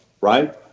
right